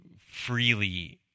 freely